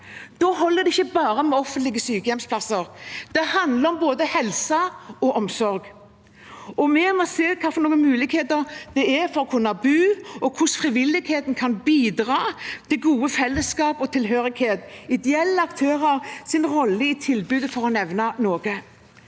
Da holder det ikke bare med offentlige sykehjemsplasser; det handler om både helse og omsorg. Vi må se på hvilke muligheter det er for å kunne bo, hvordan frivilligheten kan bidra til gode fellesskap og tilhørighet, og på de ideelle aktørenes rolle i tilbudet – for å nevne noe.